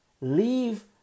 Leave